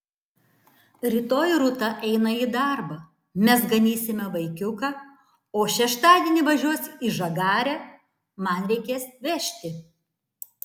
rytoj rūta eina į darbą mes ganysime vaikiuką o šeštadienį važiuos į žagarę man reikės vežti